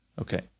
Okay